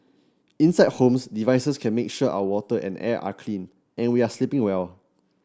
inside homes devices can make sure our water and air are clean and we are sleeping well